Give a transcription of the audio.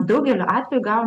daugeliu atvejų gaun